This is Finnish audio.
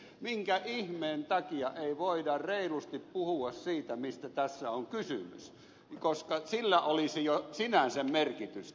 minkä ihmeen takia ei voida reilusti puhua siitä mistä tässä on kysymys koska sillä olisi jo sinänsä merkitystä